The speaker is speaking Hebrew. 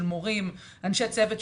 של מורים ואנשי צוות,